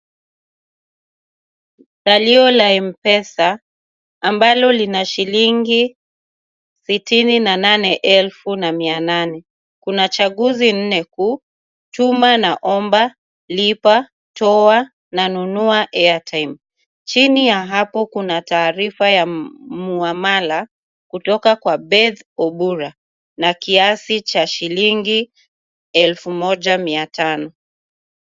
Salio la M-Pesa, ambalo lina shilingi 68,800. Kuna chaguzi nne kuu kutuma na omba, lipa, toa, na nunua airtime. Chini ya hapo kuna taarifa ya muamala, kutoka kwa Beth Obura, na kiasi cha shilingi 1500.